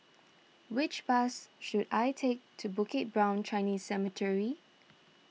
which bus should I take to Bukit Brown Chinese Cemetery